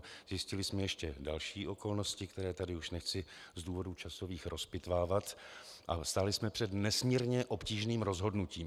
Zjistili jsme ještě další okolnosti, které tady už nechci z důvodů časových rozpitvávat, a stáli jsme před nesmírně obtížným rozhodnutím.